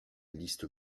liste